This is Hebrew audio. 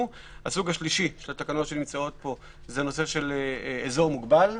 הסוג השלישי של התקנות שנמצאות פה הוא הנושא של אזור מוגבל.